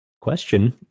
question